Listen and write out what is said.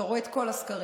אתה רואה את כל הסקרים,